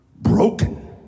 broken